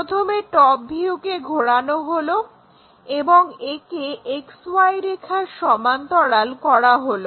প্রথমে টপ ভিউকে ঘোরানো হলো এবং একে XY রেখার সমান্তরাল করা হলো